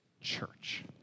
church